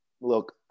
Look